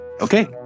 okay